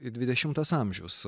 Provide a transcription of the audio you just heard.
dvidešimtas amžius